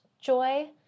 joy